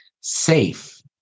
safe